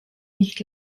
nicht